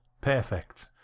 perfect